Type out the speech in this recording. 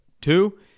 Two